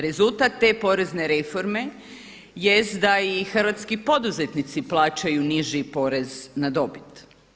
Rezultat te porezne reforme jest da i hrvatski poduzetnici plaćaju niži porez na dobit.